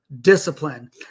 discipline